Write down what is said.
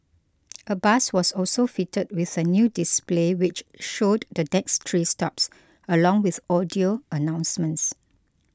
a bus was also fitted with a new display which showed the next three stops along with audio announcements